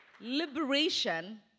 Liberation